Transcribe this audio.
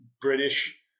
British